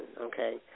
okay